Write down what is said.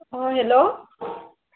অ' hello